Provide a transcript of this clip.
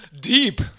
Deep